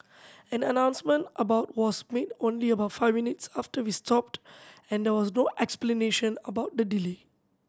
an announcement about was made only about five minutes after we stopped and there was no explanation about the delay